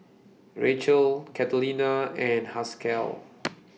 Rachael Catalina and Haskell